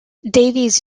davies